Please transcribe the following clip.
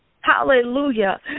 hallelujah